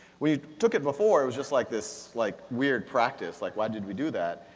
we took it before it was just like this like weird practice, like why did we do that?